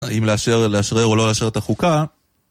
האם לאשר, לאשרר או לא לאשרר את החוקה?